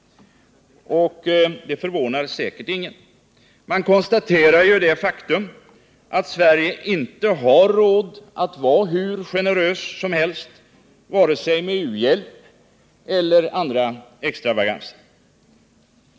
Det förvånar säkert ingen. Man konstaterar ju det faktum att Sverige inte har råd att vara hur generöst som helst, varken med u-hjälp eller med andra extravaganser.